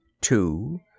two